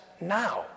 now